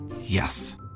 Yes